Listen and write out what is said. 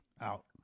out